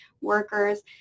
workers